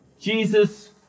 Jesus